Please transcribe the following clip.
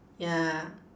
ya